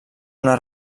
una